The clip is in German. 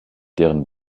deren